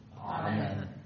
Amen